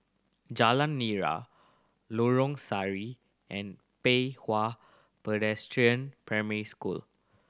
Jalan Nira Lorong Sari and Pei Hwa Presbyterian Primary School